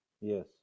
Yes